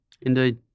Indeed